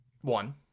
One